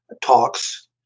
talks